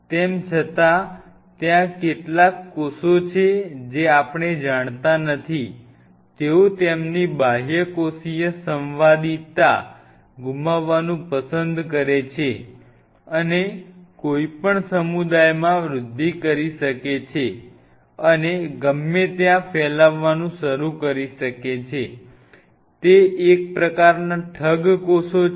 તેમ છતાં ત્યાં કેટલાક કોષો છે જે આપણે જાણતા નથી તેઓ તેમની બાહ્યકોષીય સંવાદિતા ગુમાવવાનું પસંદ કરે છે અને કોઇ પણ સમુદાયમાં વૃદ્ધિ કરી શકે છે અને ગમે ત્યાં ફેલાવવાનું શરૂ કરી શકે છે તે એક પ્રકારના ઠગ કોષો છે